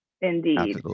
Indeed